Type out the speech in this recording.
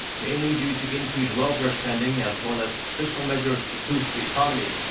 mainly due to increased welfare spending. as well as fiscal measures to boost the economy.